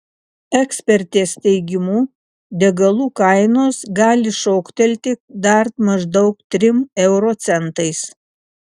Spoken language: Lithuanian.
ekspertės teigimu degalų kainos gali šoktelti dar maždaug trim euro centais